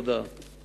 תודה.